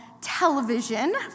television